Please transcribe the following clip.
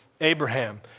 Abraham